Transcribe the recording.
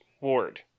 Ward